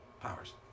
powers